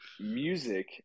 Music